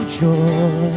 joy